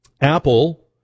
Apple